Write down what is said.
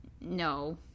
No